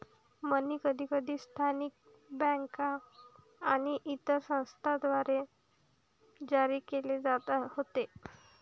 मनी कधीकधी स्थानिक बँका आणि इतर संस्थांद्वारे जारी केले जात होते